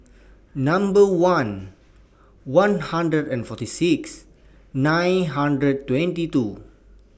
Number one one hundred and forty six nine hundred twenty two